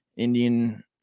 Indian